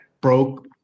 broke